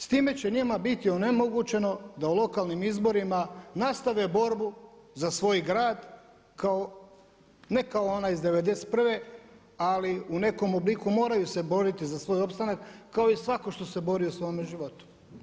S time će njima biti onemogućeno da u lokalnim izborima nastave borbu za svoj grad ne kao ona iz '91. ali u nekom obliku moraj se boriti za svoj opstanak kao i svako tko se borio u svome životu.